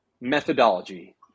methodology